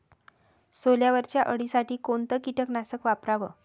सोल्यावरच्या अळीसाठी कोनतं कीटकनाशक वापराव?